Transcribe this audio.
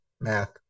Math